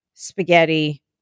spaghetti